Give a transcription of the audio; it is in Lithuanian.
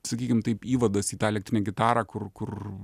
sakykim taip įvadas į tą elektrinę gitarą kur kur